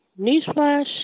Newsflash